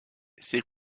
ces